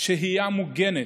שהייה מוגנת,